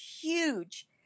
huge